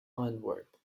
antwerp